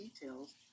details